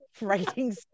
writing